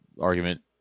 argument